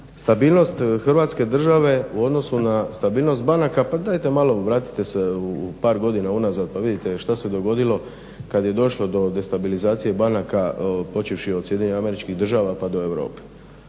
Stabilnost Hrvatske države u odnosu na stabilnost banaka, pa dajte malo vratite se par godina unazad pa vidite što se dogodilo kad je došlo do destabilizacije banaka, počevši od SAD-a pa do Europe